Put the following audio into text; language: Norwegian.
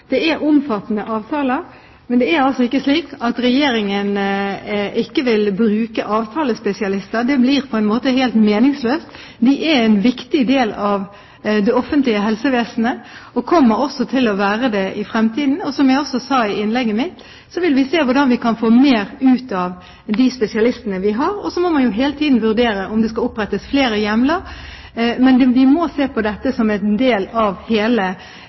det er omfattende avtaler. Det er altså ikke slik at Regjeringen ikke vil bruke avtalespesialister. Det blir på en måte helt meningsløst. De er en viktig del av det offentlige helsevesenet og kommer også til å være det i fremtiden. Som jeg også sa i innlegget mitt, vil vi se på hvordan vi kan få mer ut av de spesialistene vi har. Så må man hele tiden vurdere om det skal opprettes flere hjemler. Vi må se på dette som en del av hele